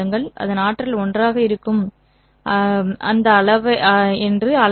அதன் ஆற்றல் 1 ஆக இருக்கும் அளவை அளவிடவும்